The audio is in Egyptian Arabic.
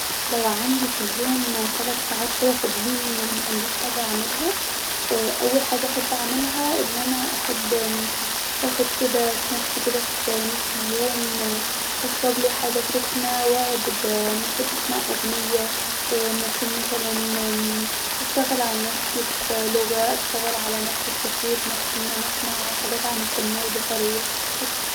لو عندي في اليوم تلت ساعات كدا فاضين ومعنديش حاجه اعملها ااا اول حاجه احب اعملها أن احب اخد كدا سناكس كدا في نص اليوم واشربلي حاجه واقعد ممكن اسمع اغنيه ااا ممكن مثلا أشتغل علي نفسي في لغه اشتغل علي نفسي في تطوير نفسي أن انا اسمع حاجات عن التنميه البشريه بس